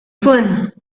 zuen